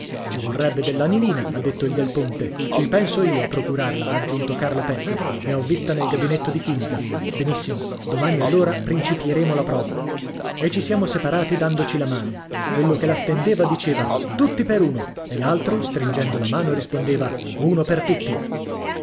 ci vorrebbe dell'anilina ha detto il del ponte ci penso io a procurarla ha aggiunto carlo pezzi ne ho vista nel gabinetto di chimica benissimo domani allora principieremo la prova e ci siamo separati dandoci la mano quello che la stendeva diceva tutti per uno e l'altro stringendo la mano rispondeva uno per tutti